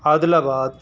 عادل آباد